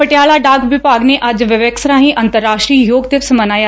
ਪਟਿਆਲਾ ਡਾਕ ਵਿਭਾਗ ਨੇ ਅੱਜ ਵੈਬੇਕਸ ਰਾਹੀ ਅੰਤਰ ਰਾਸ਼ਟਰੀ ਯੋਗ ਦਿਵਸ ਮਨਾਇਆ